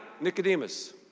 Nicodemus